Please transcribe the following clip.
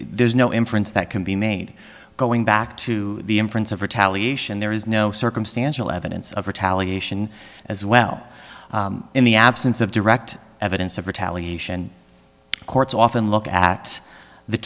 there's no inference that can be made going back to the inference of retaliation there is no circumstantial evidence of retaliation as well in the absence of direct evidence of retaliation courts often look at the